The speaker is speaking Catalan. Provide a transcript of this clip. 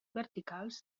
verticals